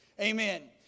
Amen